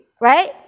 right